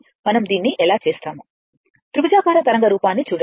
మనం దీన్ని ఎలా చేస్తామో త్రిభుజాకార తరంగ రూపాన్ని చూడండి